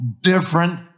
different